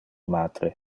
matre